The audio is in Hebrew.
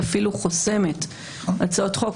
היא אפילו חוסמת הצעות חוק.